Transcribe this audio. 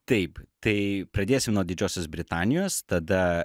taip tai pradėsiu nuo didžiosios britanijos tada